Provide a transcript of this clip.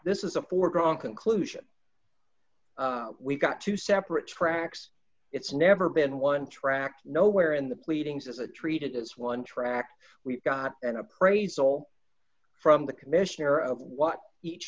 this is a foregone conclusion we've got two separate tracks it's never been one tracked no where in the pleadings is a treated as one track we've got an appraisal from the commissioner of what each